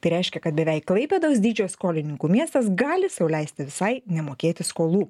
tai reiškia kad beveik klaipėdos dydžio skolininkų miestas gali sau leisti visai nemokėti skolų